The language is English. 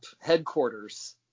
headquarters